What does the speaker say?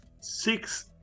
six